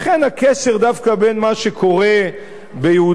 לכן הקשר דווקא בין מה שקורה ביהודה